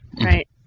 Right